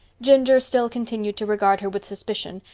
ginger still continued to regard her with suspicion,